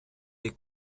des